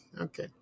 Okay